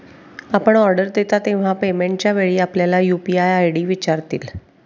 आपण ऑर्डर देता तेव्हा पेमेंटच्या वेळी आपल्याला यू.पी.आय आय.डी विचारतील